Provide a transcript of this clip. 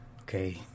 Okay